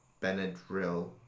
Benadryl